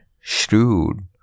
shrewd